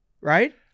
Right